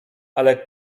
ale